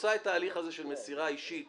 שעושה את כל ההליך הזה של מסירה אישית